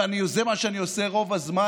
וזה מה שאני עושה רוב הזמן,